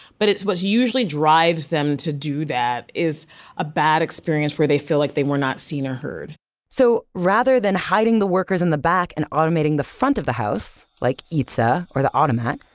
but it's what's usually drives them to do that is a bad experience where they feel like they were not seen or heard so, rather than hiding the workers in the back and automating the front of the house, like eatsa or the automat,